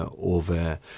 over